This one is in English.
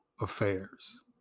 affairs